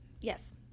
Yes